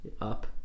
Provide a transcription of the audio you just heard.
up